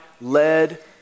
led